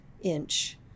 inch